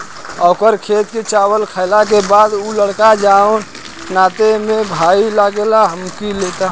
ओकर खेत के चावल खैला के बाद उ लड़का जोन नाते में भाई लागेला हिच्की लेता